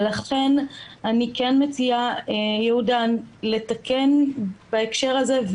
לכן אני מציעה לתקן בהקשר הזה,